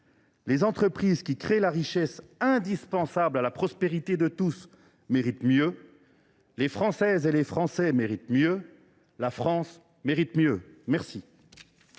Les entreprises qui créent la richesse indispensable à la prospérité de tous méritent mieux. Les Françaises et les Français méritent mieux. La France mérite mieux. La